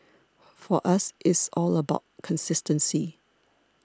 for us it's all about consistency